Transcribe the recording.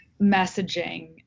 messaging